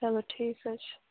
چلو ٹھیٖک حظ چھُ